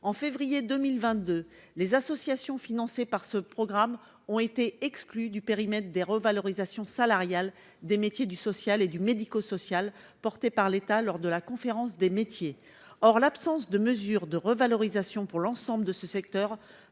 en février 2022, les associations financées par ce programme ont été exclus du périmètre des revalorisations salariales des métiers du social et du médico-social, porté par l'État lors de la conférence des métiers, or l'absence de mesures de revalorisation pour l'ensemble de ce secteur